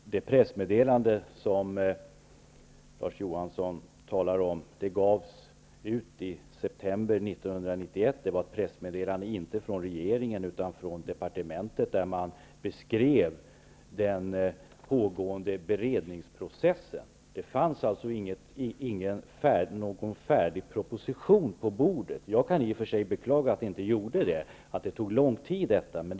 Fru talman! Det pressmeddelande Larz Johansson talar om kom i september 1991. Pressmeddelandet var inte från regeringen utan från departementet, och den pågående beredningsprocessen beskrevs i meddelandet. Det fanns inte någon färdig proposition. Jag beklagar i och för sig att det inte fanns någon proposition och att beredningen tog lång tid.